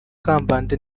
kambanda